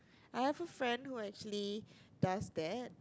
I have a friend who actually does that